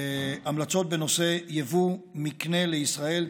המלצות בנושא יבוא מקנה לישראל.